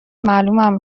معلومم